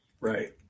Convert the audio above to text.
Right